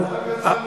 גזענות.